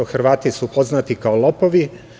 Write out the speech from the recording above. Hrvati su poznati kao lopovi.